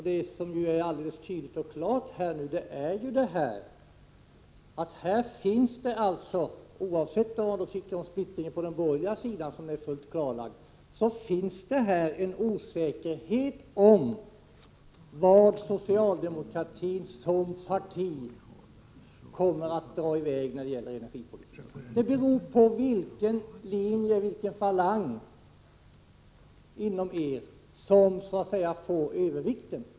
Det som nu är tydligt och klart är att det råder — oavsett vad man tycker om splittringen på den borgerliga sidan, som är fullt klarlagd — en osäkerhet om vart socialdemokratin som parti kommer att dra i väg när det gäller energipolitiken. Det beror på vilken falang inom socialdemokratin som får övervikten.